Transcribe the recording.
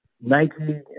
Nike